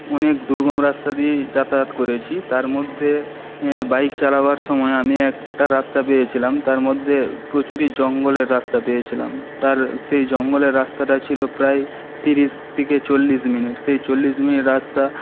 অনেক দুর্গম রাস্তা দিয়ে যাতায়াত করেছি তার মধ্যে বাইক চালাবার সময় আমি একটা রাস্তা পেয়েছিলাম তার মধ্যে প্রচুরই জঙ্গলের রাস্তা পেয়েছিলাম তার সেই জঙ্গলের রাস্তাটা ছিল প্রায় তিরিশ থেকে চল্লিশ মিনিট সেই চল্লিশ মিনিট রাস্তা